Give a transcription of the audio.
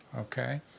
okay